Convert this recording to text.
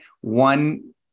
one